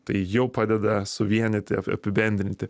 tai jau padeda suvienyti apibendrinti